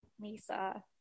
Lisa